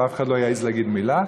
ואף אחד לא יעז להגיד מילה,